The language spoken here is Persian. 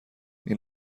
این